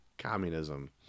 Communism